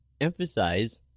emphasize